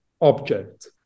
object